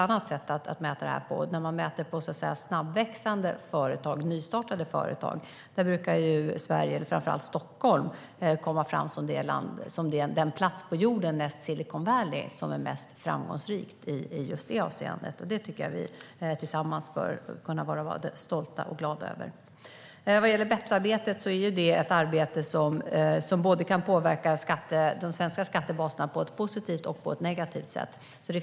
När man mäter på snabbväxande och nystartade företag brukar Sverige och framför allt Stockholm komma fram som den plats på jorden efter Silicon Valley som är framgångsrikast. Det tycker jag att vi tillsammans bör kunna vara stolta och glada över. BEPS-arbetet kan påverka de svenska skattebaserna både positivt och negativt.